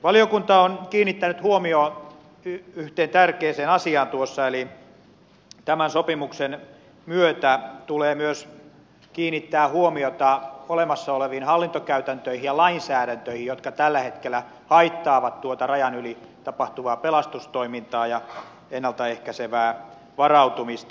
valiokunta on kiinnittänyt huomiota yhteen tärkeään asiaan tuossa eli tämän sopimuksen myötä tulee myös kiinnittää huomiota olemassa oleviin hallintokäytäntöihin ja lainsäädäntöihin jotka tällä hetkellä haittaavat rajan yli tapahtuvaa pelastustoimintaa ja ennalta ehkäisevää varautumista